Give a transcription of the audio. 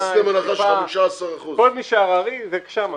אז עשיתם הנחה של 15%. כל מי שהררי זה שם.